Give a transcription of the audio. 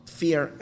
fear